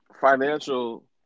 financial